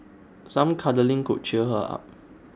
some cuddling could cheer her up